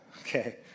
Okay